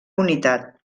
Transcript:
unitat